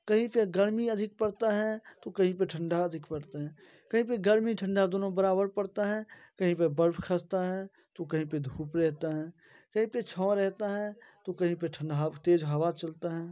कहीं पर गर्मी अधिक पड़ती है तो कहीं पर ठंडी अधिक पड़ती है कहीं पर गर्मी ठंडी दोनों बराबर पड़ते हैं कहीं पर बर्फ़ ख़सता है तो कहीं पर धूप रहती है कहीं पर छाव रहती है तो कहीं पर ठंडी तेज़ हवा चलती है